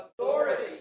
Authority